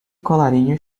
colarinho